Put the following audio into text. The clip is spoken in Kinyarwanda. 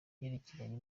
yerekeranye